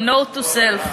note to self.